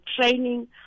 training